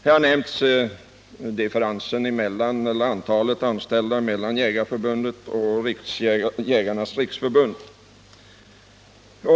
Här har nämnts differensen i antalet anställda mellan Jägareförbundet och Jägarnas riksförbund.